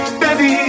baby